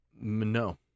No